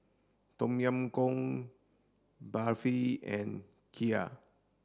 Tom Yam Goong Barfi and Kheer